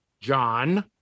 John